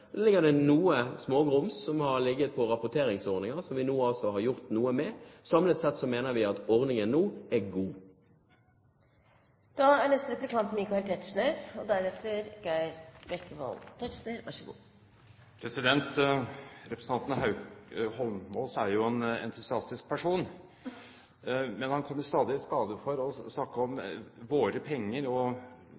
det noe smågrums som har ligget på rapporteringsordninger, som vi nå har gjort noe med. Samlet sett mener vi at ordningen nå er god. Representanten Holmås er jo en entusiastisk person, men han kommer stadig i skade for å snakke om «våre» penger, og at de rød-grønne partiene bevilger penger til velferd og gode formål. Jeg har bare lyst til å spørre representanten, som jo også er økonom, om